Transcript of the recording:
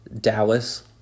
Dallas